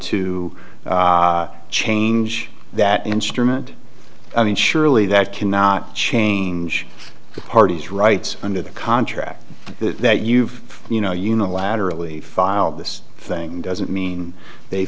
to change that instrument i mean surely that cannot change the party's rights under the contract that you've you know unilaterally filed this thing doesn't mean they